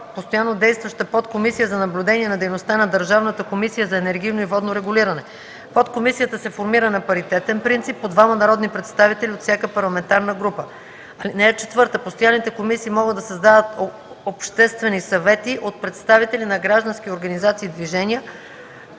постоянно действаща подкомисия за наблюдение на дейността на Държавната комисия за енергийно и водно регулиране. Подкомисията се формира на паритетен принцип – по двама народни представители от всяка парламентарна група. (4) Постоянните комисии могат да създават обществени съвети от представители на граждански организации и движения,